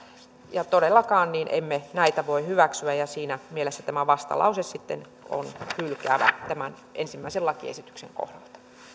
todellakaan emme näitä voi hyväksyä ja siinä mielessä tämä vastalause sitten on hylkäävä tämän ensimmäisen lakiesityksen kohdalta